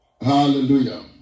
Hallelujah